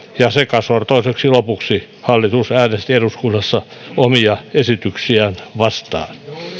ja sekasortoiseksi lopuksi hallitus äänesti eduskunnassa omia esityksiään vastaan